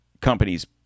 companies